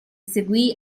seguì